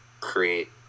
create